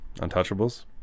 Untouchables